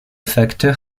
facteur